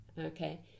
Okay